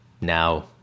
now